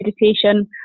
meditation